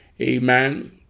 Amen